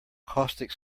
caustic